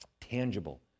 Tangible